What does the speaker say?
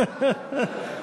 זה נכון.